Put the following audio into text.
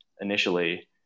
initially